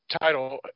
title